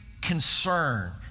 concern